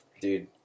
dude